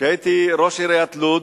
כשהייתי ראש עיריית לוד,